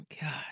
God